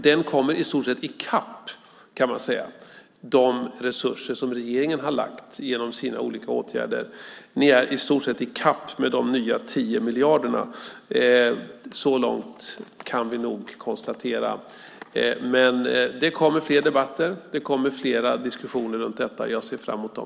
Den kommer i stort sett i kapp, kan man säga, de resurser som regeringen har lagt genom sina olika åtgärder. Ni är i stort sett i kapp med de nya 10 miljarderna. Så mycket kan vi konstatera. Det kommer fler debatter och fler diskussioner runt detta, och jag ser fram mot dem.